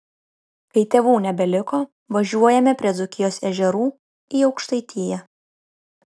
kai tėvų nebeliko važiuojame prie dzūkijos ežerų į aukštaitiją